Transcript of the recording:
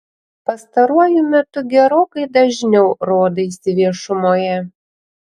pastaruoju metu gerokai dažniau rodaisi viešumoje